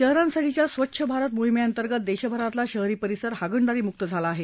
शहरांसाठीच्या स्वच्छ भारत मोहीमेअंतर्गत देशभरातला शहरी परिसर हागणदारीमुक झाला आहे